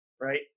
right